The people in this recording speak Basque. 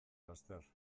laster